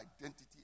identity